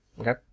okay